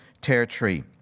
territory